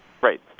Right